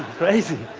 crazy.